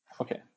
okay